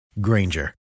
Granger